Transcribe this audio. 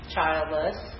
Childless